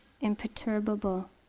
imperturbable